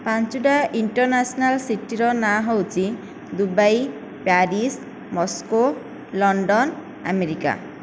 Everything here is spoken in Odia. ପାଞ୍ଚଟା ଇଣ୍ଟେରନେଶନାଲ ସିଟିର ନାଁ ହେଉଛି Dubai Paris Moscow London America